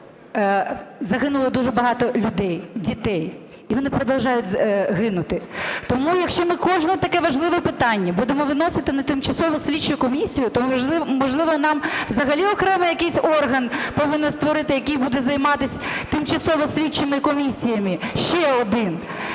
загинуло дуже багато людей, дітей і вони продовжують гинути. Тому якщо ми кожне таке важливе питання будемо виносити на тимчасову слідчу комісію, то, можливо, нам взагалі окремо якийсь орган повинен створити, який буде займатись тимчасовими слідчими комісіями, ще один.